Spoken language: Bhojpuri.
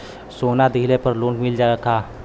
सोना दहिले पर लोन मिलल का?